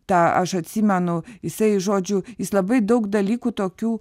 tą aš atsimenu jisai žodžiu jis labai daug dalykų tokių